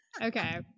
Okay